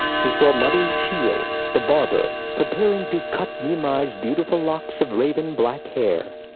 he saw madhu sheel, the barber, preparing to cut nimai's beautiful locks of raven black hair.